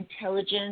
intelligence